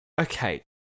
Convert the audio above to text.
Okay